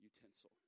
utensil